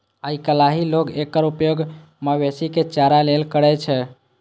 आइकाल्हि लोग एकर उपयोग मवेशी के चारा लेल करै छै